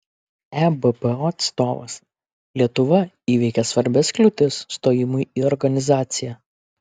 ebpo atstovas lietuva įveikė svarbias kliūtis stojimui į organizaciją